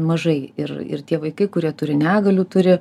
mažai ir ir tie vaikai kurie turi negalių turi